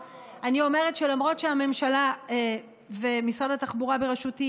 אני אומרת שלמרות שהממשלה ומשרד התחבורה בראשותי